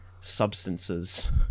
substances